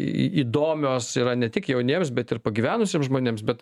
į įdomios yra ne tik jauniems bet ir pagyvenusiems žmonėms bet